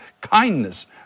kindness